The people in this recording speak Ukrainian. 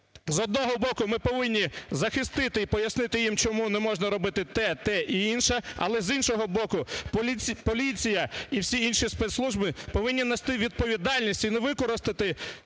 З одного боку, ми повинні захистити і пояснити їм, чому не можна робити те, те і інше, але, з іншого боку, поліція і всі інші спецслужби повинні нести відповідальність і не використати